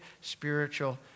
spiritual